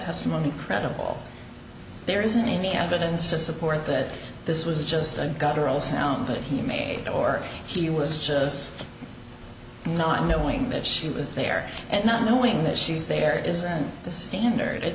testimony credible there isn't any evidence to support that this was just a guttural sounds that he made or he was just not knowing that she was there and not knowing that she's there isn't the standard